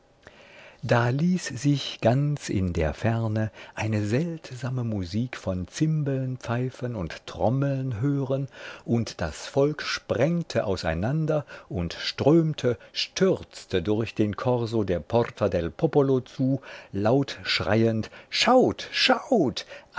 da ließ sich ganz in der ferne eine seltsame musik von zimbeln pfeifen und trommeln hören und das volk sprengte auseinander und strömte stürzte durch den korso der porta del popolo zu laut schreiend schaut schaut